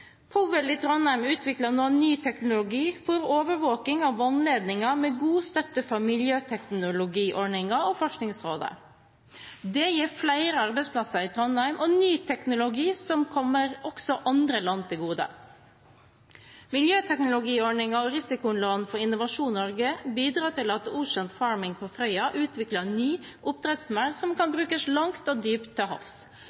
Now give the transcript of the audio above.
Powel i Trondheim utvikler nå ny teknologi for overvåking av vannledninger med god støtte fra miljøteknologiordningen og Forskningsrådet. Det gir flere arbeidsplasser i Trondheim og ny teknologi som kommer også andre land til gode. Miljøteknologiordningen og risikolån fra Innovasjon Norge bidrar til at Ocean Farming på Frøya utvikler ny oppdrettsmerd som kan